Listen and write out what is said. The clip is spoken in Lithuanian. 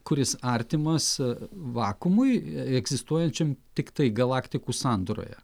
kuris artimas vakuumui egzistuojančiam tiktai galaktikų sandūroje